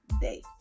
day